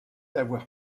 avoir